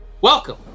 Welcome